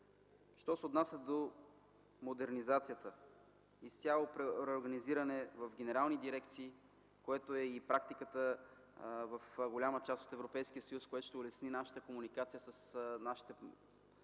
Що се отнася до модернизацията, изцяло реорганизиранe в генерални дирекции, което е и практиката в голяма част от Европейския съюз, това ще улесни комуникацията ни с нашите